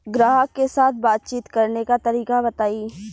ग्राहक के साथ बातचीत करने का तरीका बताई?